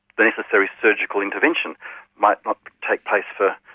the necessary surgical intervention might not take place for